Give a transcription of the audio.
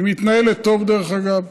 היא מתנהלת טוב, דרך אגב.